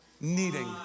needing